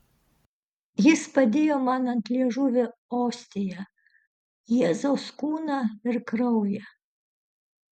jis padėjo man ant liežuvio ostiją jėzaus kūną ir kraują